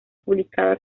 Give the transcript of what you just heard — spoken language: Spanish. publicada